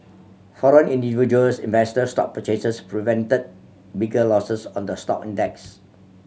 foreign and individuals investor stock purchases prevented bigger losses on the stock index